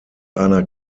einer